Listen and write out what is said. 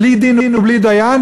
בלי דין ובלי דיין,